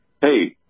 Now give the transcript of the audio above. hey